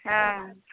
हँ